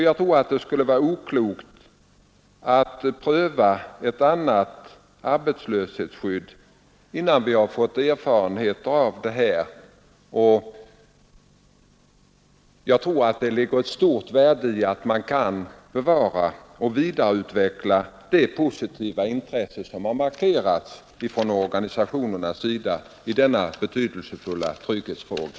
Jag tror att det skulle vara oklokt att pröva ett annat arbetslöshetsskydd innan vi har fått erfarenheter av det nu föreslagna. Det ligger enligt min mening ett stort värde i att man kan bevara och vidareutveckla det positiva intresse som har markerats från organisationernas sida i denna betydelsefulla trygghetsfråga.